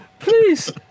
Please